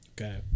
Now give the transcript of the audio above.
okay